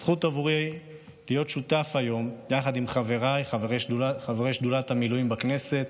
זכות עבורי להיות שותף היום יחד עם חבריי חברי שדולת המילואים בכנסת,